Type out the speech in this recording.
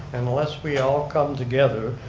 and unless we all come together,